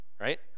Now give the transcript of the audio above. right